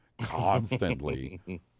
constantly